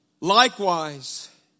Likewise